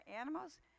animals